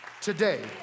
today